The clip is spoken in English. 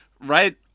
right